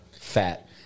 Fat